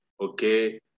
okay